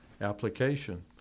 application